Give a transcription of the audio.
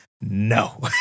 No